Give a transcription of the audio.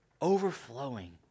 overflowing